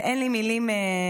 באמת אין לי מילים לומר.